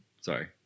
sorry